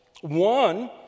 One